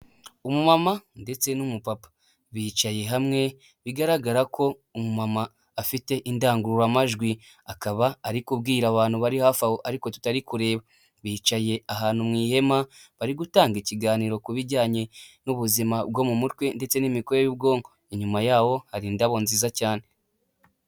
Umu mama ndetse n'umu papa bicaye hamwe bigaragara ko umu mama afite indangururamajwi, akaba ari kubwira abantu bari hafi aho ariko tutari kureba, bicaye ahantu mu ihema bari gutanga ikiganiro ku bijyanye n'ubuzima bwo mu mutwe ndetse n'imikorere y'ubwonko, inyuma yawo hari indabo nziza cyane.